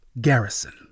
Garrison